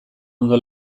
ondo